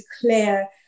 clear